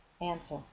Answer